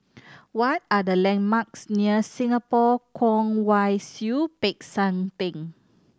what are the landmarks near Singapore Kwong Wai Siew Peck San Theng